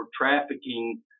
trafficking